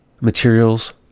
materials